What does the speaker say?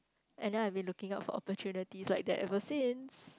and then I've been looking out for opportunities like that ever since